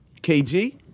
KG